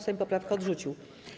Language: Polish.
Sejm poprawkę odrzucił.